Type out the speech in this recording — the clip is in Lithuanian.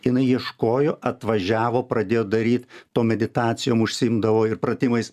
jinai ieškojo atvažiavo pradėjo daryt tom meditacijom užsiimdavo ir pratimais